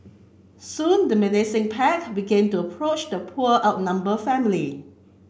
soon the menacing pack began to approach the poor out number family